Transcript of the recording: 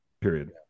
period